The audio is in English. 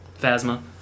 Phasma